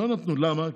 למה?